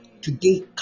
today